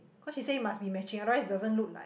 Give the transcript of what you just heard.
cause she say must be matching otherwise doesn't look like